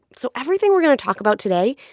so everything we're going to talk about today,